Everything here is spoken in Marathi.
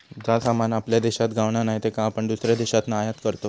जा सामान आपल्या देशात गावणा नाय त्याका आपण दुसऱ्या देशातना आयात करतव